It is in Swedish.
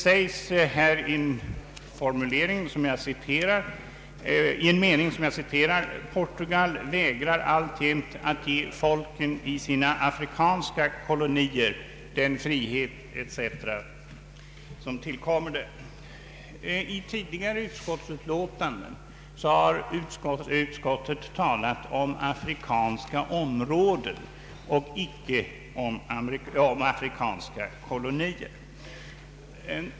Utskottet säger i en mening: ”Portugal vägrar alltjämt att ge folken i sina afrikanska kolonier den frihet som tillkommer dem.” I tidigare utskottsutlåtanden har utskottet talat om ”afrikanska områden” och icke om ”afrikanska kolonier”.